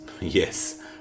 Yes